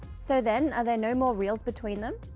so then are there no more reals between them?